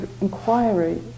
inquiry